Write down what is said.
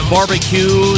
Barbecue